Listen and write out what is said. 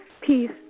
Peace